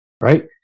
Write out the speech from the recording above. right